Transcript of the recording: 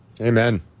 Amen